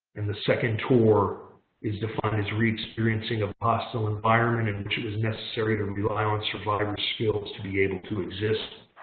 and the second tour is defined as re-experiencing a hostile environment in which it was necessary to rely on survival skills to be able to exist.